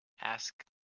ask